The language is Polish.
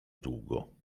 długo